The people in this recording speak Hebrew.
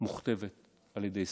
מוכתבת על ידי שר.